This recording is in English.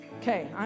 Okay